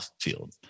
field